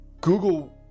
Google